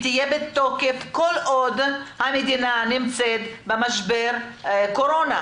תהיה בתוקף כל עוד המדינה נמצאת במשבר קורונה,